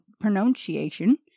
pronunciation